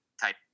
type